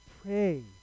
pray